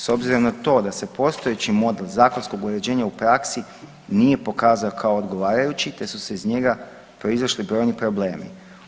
S obzirom na to da se postojeći model zakonskog uređenja u praksi nije pokazao kao odgovarajući te su se iz njega proizašli brojni problemi.